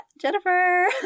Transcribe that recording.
Jennifer